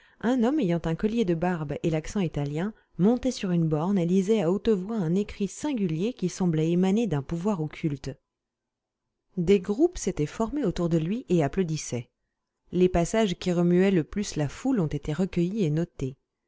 un homme ayant un collier de barbe et l'accent italien montait sur une borne et lisait à haute voix un écrit singulier qui semblait émaner d'un pouvoir occulte des groupes s'étaient formés autour de lui et applaudissaient les passages qui remuaient le plus la foule ont été recueillis et notés